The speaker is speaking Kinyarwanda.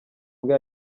mbwa